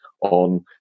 on